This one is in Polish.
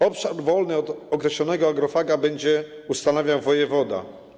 Obszar wolny od określonego agrofaga będzie ustanawiał wojewoda.